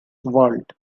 world